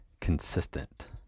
consistent